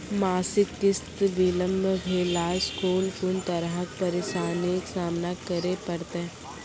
मासिक किस्त बिलम्ब भेलासॅ कून कून तरहक परेशानीक सामना करे परतै?